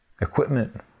equipment